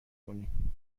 کنیم